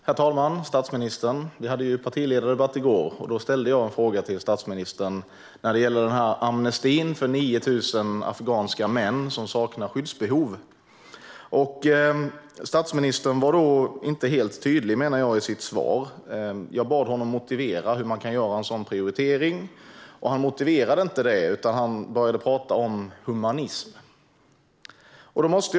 Herr talman! Statsministern! Vi hade partiledardebatt i går. Då ställde jag en fråga till statsministern som gäller amnestin för 9 000 afghanska män som saknar skyddsbehov. Statsministern var då inte helt tydlig i sitt svar. Jag bad honom motivera hur man kunde göra en sådan prioritering. Han motiverade inte det utan började tala om humanism. Herr talman!